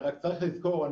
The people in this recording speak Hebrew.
רק צריך לזכור.